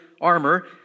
armor